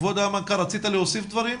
כבוד המנכ"ל רצית להוסיף דברים?